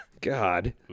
God